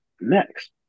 next